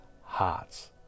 hearts